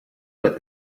but